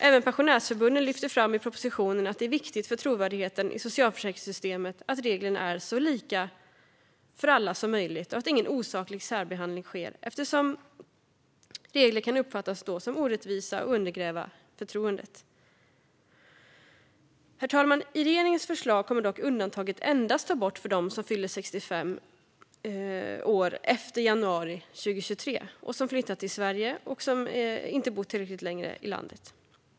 Även pensionärsförbunden lyfter i propositionen fram att det är viktigt för trovärdigheten i socialförsäkringssystemet att reglerna är så lika för alla som möjligt och att ingen osaklig särbehandling sker, eftersom reglerna då kan uppfattas som orättvisa och undergräva förtroendet. Herr talman! I regeringens förslag kommer dock undantaget endast att tas bort för dem som fyller 65 år efter januari 2023, som flyttat till Sverige och som inte bott tillräckligt länge i landet.